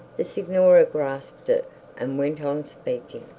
the signora grasped it and went on speaking.